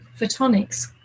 photonics